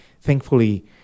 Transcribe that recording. thankfully